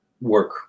work